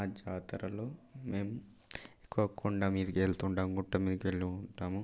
ఆ జాతరలో మేం కొండమీదికి వెళ్తుంటాం గుట్ట మీదకి వెళ్ళి ఉంటాం